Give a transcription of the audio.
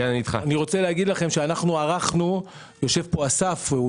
יושב פה אסף שירמן,